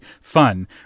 fun